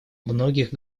многих